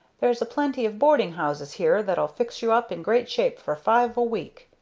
there's a-plenty of boarding-houses here that'll fix you up in great shape for five a week.